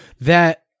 that-